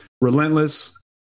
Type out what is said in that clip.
Relentless